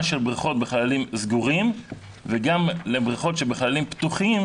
של בריכות בחללים סגורים וגם בבריכות בחללים פתוחים